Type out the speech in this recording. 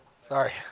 sorry